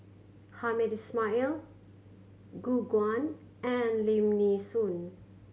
Hamed Ismail Gu Guan and Lim Nee Soon